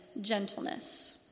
gentleness